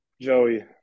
Joey